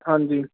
ਹਾਂਜੀ